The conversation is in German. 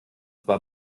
war